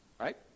Right